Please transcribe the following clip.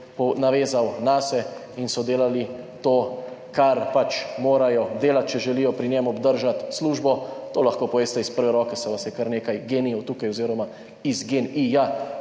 navezal nase in so delali to, kar pač morajo delati, če želijo pri njem obdržati službo. To lahko poveste iz prve roke, saj vas je kar nekaj GEN-I-jev tukaj oziroma v GEN-I